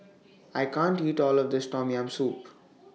I can't eat All of This Tom Yam Soup